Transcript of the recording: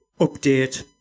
update